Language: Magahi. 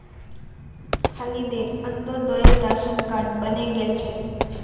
खालिदेर अंत्योदय राशन कार्ड बने गेल छेक